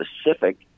specific